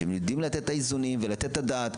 שהם יודעים לתת את האיזונים ולתת את הדעת.